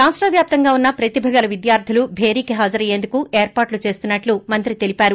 రాష్ట వ్యాప్తంగా వున్న ప్రతిభ గల విద్యార్దులు భేరికి హాజరయ్యేందుకు ఏర్పాట్లు చేస్తున్నట్లు మంత్రి తెలీపారు